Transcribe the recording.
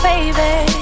Baby